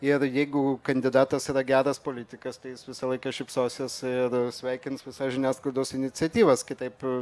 ir jeigu kandidatas yra geras politikas tai jis visą laiką šypsosis ir sveikins visas žiniasklaidos iniciatyvas kitaip